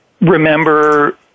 remember